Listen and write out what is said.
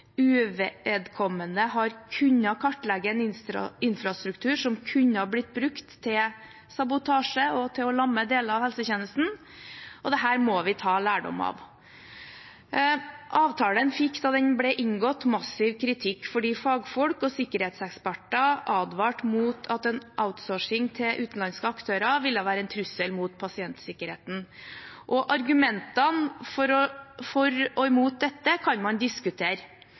uvedkommende har kunnet kartlegge en infrastruktur som kunne ha blitt brukt til sabotasje og til å lamme deler av helsetjenesten. Dette må vi ta lærdom av. Avtalen fikk massiv kritikk da den ble inngått, fordi fagfolk og sikkerhetseksperter advarte om at en outsourcing til utenlandske aktører ville være en trussel mot pasientsikkerheten. Argumentene for og mot dette kan man diskutere.